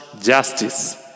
justice